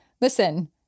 listen